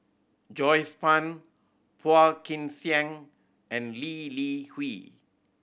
Joyce Fan Phua Kin Siang and Lee Li Hui